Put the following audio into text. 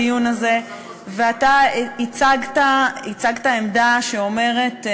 הייתי אצלך בדיון הזה ואתה הצגת עמדה שאומרת: